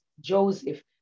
Joseph